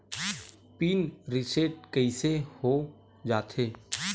Pin reset कइसे हो जाथे?